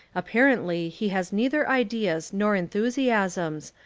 apparently he has neither ideas nor enthusiasms,